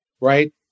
right